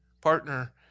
partner